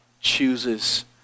chooses